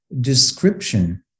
description